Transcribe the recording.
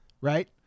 right